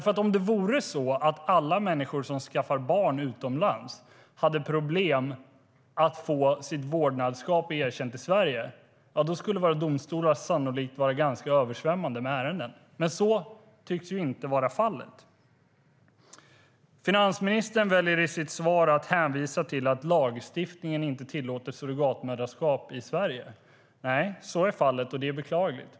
Om det vore så att alla människor som skaffar barn utomlands hade problem med att få sitt vårdnadskap erkänt i Sverige skulle våra domstolar sannolikt vara ganska översvämmade med ärenden. Men så tycks inte vara fallet. Finansministern väljer i sitt svar att hänvisa till att lagstiftningen inte tillåter surrogatmoderskap i Sverige. Nej, så är fallet, och det är beklagligt.